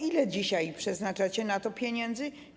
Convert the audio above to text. Ile dzisiaj przeznaczacie na to pieniędzy?